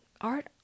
art